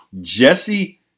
Jesse